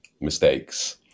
mistakes